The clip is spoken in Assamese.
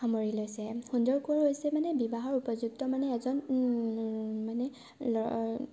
সামৰি লৈছে সুন্দৰ কোঁৱৰ হৈছে মানে বিবাহৰ উপযুক্ত মানে এজন মানে লঅ